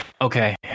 Okay